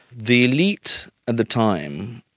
the elite at the time,